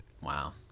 Wow